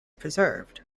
preserved